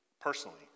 personally